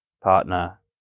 partner